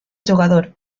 jugador